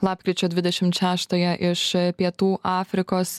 lapkričio dvidešimt šeštąją iš pietų afrikos